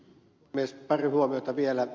pari huomiota vielä